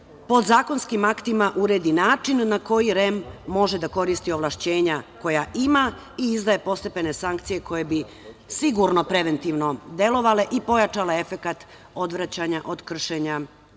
podzakonskim aktima uredi način na koji REM može da koristi ovlašćenja koja ima i izdaje postepene sankcije koje bi sigurno preventivno delovale i pojačale efekat odvraćanja od kršenja